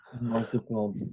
multiple